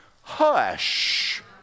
hush